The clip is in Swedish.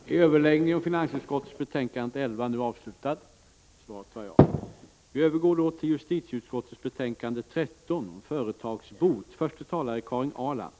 Vi övergår nu till att debattera justitieutskottets betänkande 13 om företagsbot.